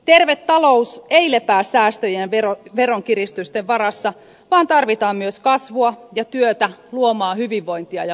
terve talous ei lepää säästöjen ja veronkiristysten varassa vaan tarvitaan myös kasvua ja työtä luomaan hyvinvointia ja vaurautta